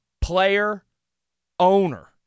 player-owner